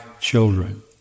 children